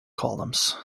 columns